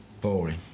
boring